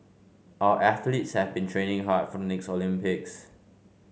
our athletes have been training hard for the next Olympics